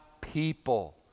people